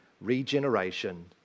regeneration